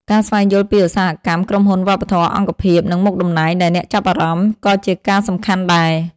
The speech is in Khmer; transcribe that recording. ការស្វែងយល់ពីឧស្សាហកម្ម ក្រុមហ៊ុន វប្បធម៌ អង្គភាព និងមុខតំណែងដែលអ្នកចាប់អារម្មណ៍ក៏ជាការសំខាន់ដែរ។